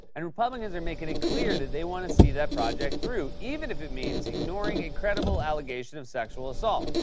and republicans are making it clear that they want to see that project through, even if it means ignoring a credible allegation of sexual assault.